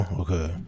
okay